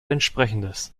entsprechendes